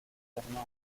germain